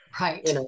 Right